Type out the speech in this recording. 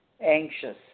Anxious